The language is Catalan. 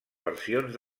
versions